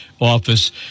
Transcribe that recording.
office